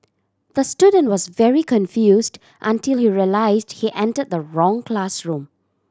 the student was very confused until he realised he entered the wrong classroom